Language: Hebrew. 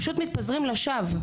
פשוט מתפזרים לשווא,